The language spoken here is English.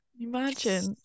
Imagine